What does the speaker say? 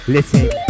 Listen